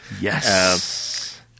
Yes